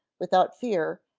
without fear,